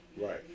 Right